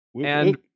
And-